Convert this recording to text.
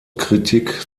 kritik